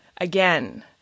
again